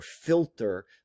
filter